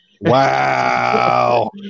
wow